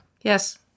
Yes